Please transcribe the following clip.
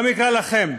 גם יקרה לכם.